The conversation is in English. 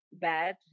bad